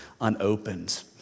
unopened